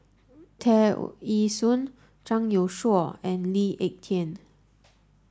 Tear Ee Soon Zhang Youshuo and Lee Ek Tieng